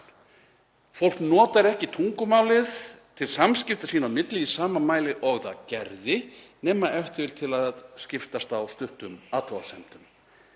Fólk notar ekki tungumálið til samskipta sín á milli í sama mæli og það gerði nema ef til vill til að skiptast á stuttum athugasemdum.